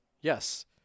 Yes